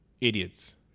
idiots